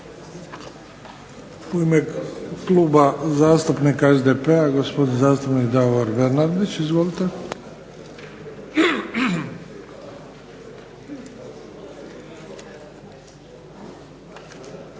U ime kluba zastupnika SDP-a gospodin zastupnik Davor Bernardić, izvolite.